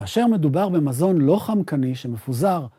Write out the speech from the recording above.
אשר מדובר במזון לא חמקני שמפוזר.